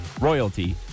royalty